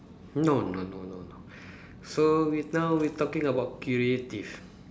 no no no no no so we now we talking about creative